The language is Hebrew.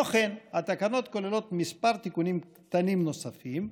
התקנות כוללות כמה תיקונים קטנים נוספים,